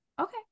Okay